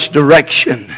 direction